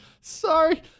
Sorry